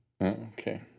Okay